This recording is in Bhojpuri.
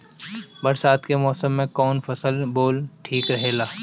बरसात के मौसम में कउन फसल बोअल ठिक रहेला?